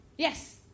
Yes